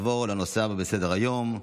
נעבור לנושא הבא בסדר-היום.